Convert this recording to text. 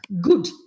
Good